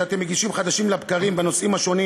שאתם מגישים חדשים לבקרים בנושאים השונים,